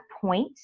point